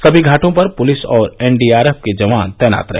सभी घाटों पर पुलिस और एनडीआरएफ के जवान तैनात किए रहे